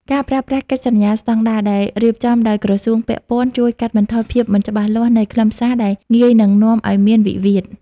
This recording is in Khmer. ការប្រើប្រាស់ "កិច្ចសន្យាស្ដង់ដារ" ដែលរៀបចំដោយក្រសួងពាក់ព័ន្ធ ជួយកាត់បន្ថយភាពមិនច្បាស់លាស់នៃខ្លឹមសារដែលងាយនឹងនាំឱ្យមានវិវាទ។